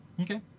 Okay